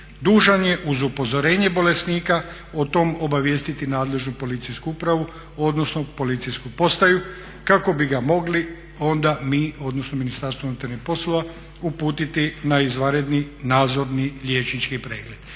dužan je uz upozorenje bolesnika o tome obavijestiti nadležnu policijsku upravu, odnosno policijsku postaju kako bi ga mogli ona mi, odnosno Ministarstvo unutarnjih poslova uputiti na izvanredni nadzorni liječnički pregled.